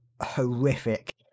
horrific